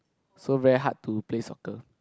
so very hard to play soccer